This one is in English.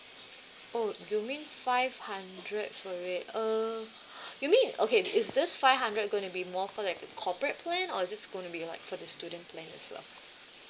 oh you mean five hundred for it uh you mean okay is this five hundred gonna be more for like the corporate plan or is this gonna be like for the student plan as well